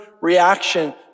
reaction